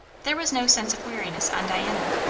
there was no sense of weariness on diana.